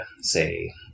say